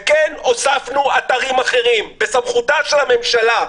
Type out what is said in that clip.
וכן, הוספנו אתרים אחרים בסמכותה של הממשלה.